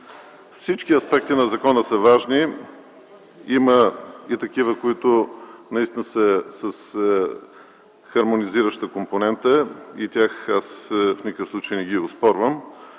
Всички аспекти на закона са важни. Има и такива, които наистина са с хармонизираща компонента и тях аз в никакъв случай не оспорвам.